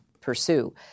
pursue